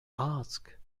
ask